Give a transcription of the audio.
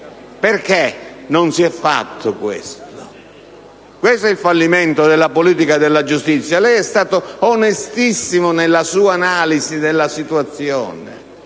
Perché non è stato fatto? Questo è il fallimento della politica della giustizia. Lei è stato onestissimo nella sua analisi della situazione,